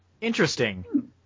Interesting